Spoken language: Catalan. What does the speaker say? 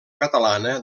catalana